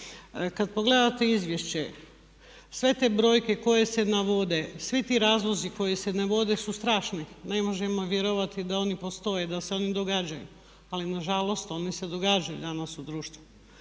Kad pogledate izvješće, sve te brojke koje se navode, svi ti razlozi koji se navode su strašni. Ne možemo vjerovati da oni postoje, da se oni događaju, ali nažalost oni se događaju danas u društvu.